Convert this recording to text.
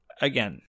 again